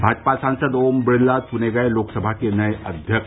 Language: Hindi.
भाजपा सांसद ओम बिड़ला चुने गये लोकसभा नये अध्यक्ष